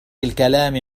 الكلام